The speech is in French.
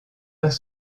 pas